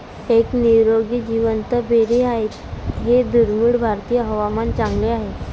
एक निरोगी जिवंत बेरी आहे हे दुर्मिळ भारतीय हवामान चांगले आहे